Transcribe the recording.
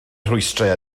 rhwystrau